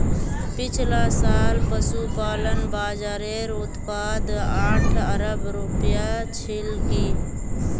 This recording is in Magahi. पिछला साल पशुपालन बाज़ारेर उत्पाद आठ अरब रूपया छिलकी